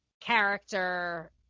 character